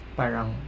parang